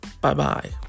Bye-bye